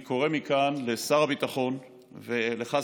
אני קורא מכאן לשר הביטחון ולך,